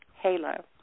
HALO